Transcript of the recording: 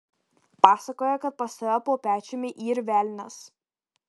pasakoja kad pas tave po pečiumi yr velnias